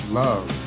love